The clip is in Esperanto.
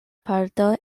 parto